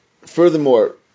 Furthermore